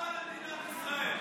גאווה למדינת ישראל.